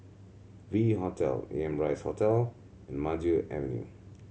V Hotel Amrise Hotel and Maju Avenue